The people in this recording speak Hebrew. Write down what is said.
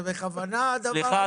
זה בכוונה הדבר הזה?